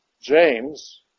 James